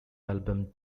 album